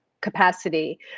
capacity